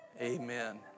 Amen